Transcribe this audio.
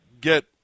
get